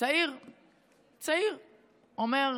צעיר אומר: